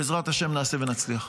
בעזרת השם, נעשה ונצליח.